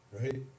right